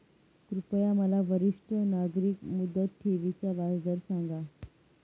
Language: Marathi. कृपया मला वरिष्ठ नागरिक मुदत ठेवी चा व्याजदर सांगा